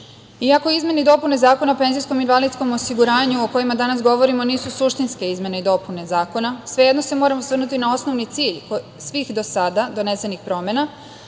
izmene i dopune Zakona o penzijskom i invalidskom osiguranju, o kojima danas govorimo, nisu suštinske izmene i dopune zakona, svejedno se moramo osvrnuti na osnovni cilj svih do sada donesenih promena,